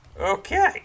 Okay